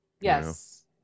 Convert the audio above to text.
yes